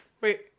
Wait